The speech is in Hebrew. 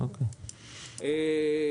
אוקי.